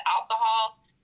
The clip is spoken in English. alcohol